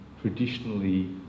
traditionally